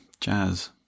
jazz